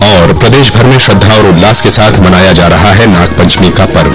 और प्रदेश भर में श्रद्धा और उल्लास के साथ मनाया जा रहा है नागपंचमी का पव